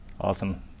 Awesome